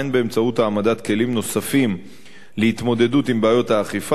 הן באמצעות העמדת כלים נוספים להתמודדות עם בעיות האכיפה